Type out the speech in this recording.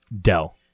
Dell